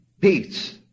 peace